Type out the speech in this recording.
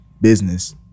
business